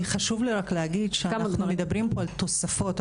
חשוב לי להגיד שאנחנו מדברים פה על תוספות.